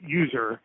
user